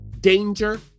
danger